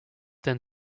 then